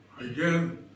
Again